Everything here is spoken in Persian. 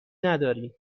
نداریم